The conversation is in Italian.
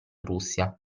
russia